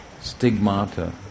Stigmata